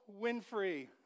Winfrey